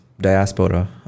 diaspora